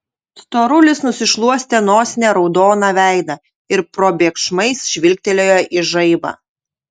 storulis nusišluostė nosine raudoną veidą ir probėgšmais žvilgtelėjo į žaibą